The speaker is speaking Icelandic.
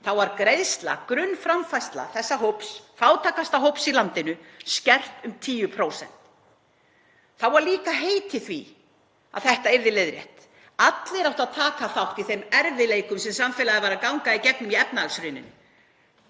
efnahagshrunið var grunnframfærsla þessa fátækasta hóps í landinu skert um 10%. Þá var því líka heitið að þetta yrði leiðrétt. Allir áttu að taka þátt í þeim erfiðleikum sem samfélagið var að ganga í gegnum í efnahagshruninu.